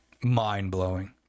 mind-blowing